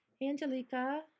angelica